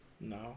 No